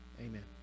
Amen